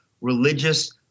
religious